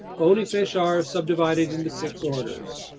bony fish are subdivided into six orders.